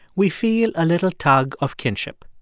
we feel a little tug of kinship.